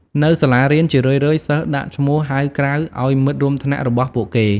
នៅសាលារៀន ជារឿយៗសិស្សដាក់ឈ្មោះហៅក្រៅឲ្យមិត្តរួមថ្នាក់របស់ពួកគេ។